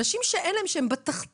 אנשים שאין להם, שהם בתחתית.